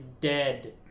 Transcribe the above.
dead